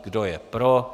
Kdo je pro?